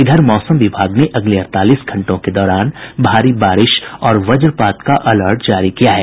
इधर मौसम विभाग ने अगले अड़तालीस घंटों के दौरान भारी बारिश और वजपात का अलर्ट जारी किया है